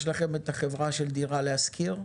יש לכם את החברה דירה להשכיר,